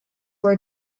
were